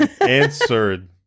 answered